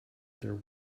there